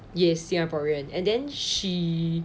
yes singaporean and then she